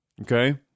Okay